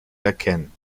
erkennen